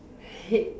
hate